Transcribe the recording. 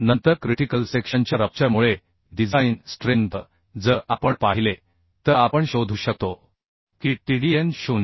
नंतर क्रिटिकल सेक्शनच्या रप्चर मुळे डिझाइन स्ट्रेंथ जर आपण पाहिले तर आपण शोधू शकतो की TDN 0